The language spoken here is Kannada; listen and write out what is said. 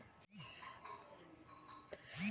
ಮಣ್ಣು ಹೇಗೆ ರಚನೆ ಆಗುತ್ತದೆ?